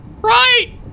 Right